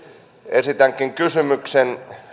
esitänkin kysymyksen